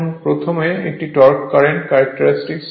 এখন প্রথমে একটি টর্ক কারেন্ট ক্যারেক্টারিস্টিক